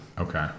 Okay